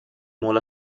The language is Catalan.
molt